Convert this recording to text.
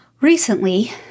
Recently